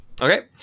Okay